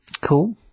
Cool